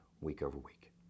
week-over-week